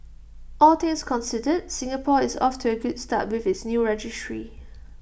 all things considered Singapore is off to A good start with its new registry